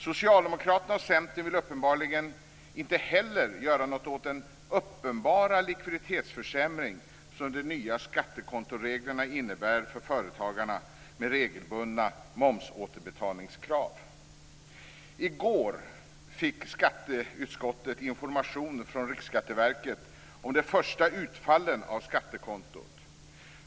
Socialdemokraterna och Centern vill uppenbarligen inte heller göra något åt den uppenbara likviditetsförsämring som de nya skattekontoreglerna innebär för företagarna med regelbundna momsåterbetalningskrav. I går fick skatteutskottet information från Riksskatteverket om de första utfallen av skattekontot.